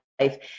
life